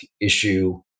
issue